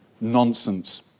nonsense